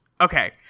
Okay